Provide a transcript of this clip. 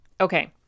Okay